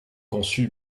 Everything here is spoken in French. conçu